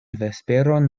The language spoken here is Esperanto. vesperon